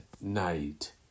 night